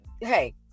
hey